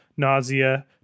Nausea